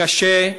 קשה.